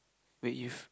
wait if